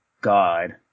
God